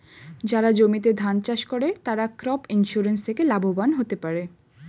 যারা জমিতে ধান চাষ করে তারা ক্রপ ইন্সুরেন্স থেকে লাভবান হতে পারে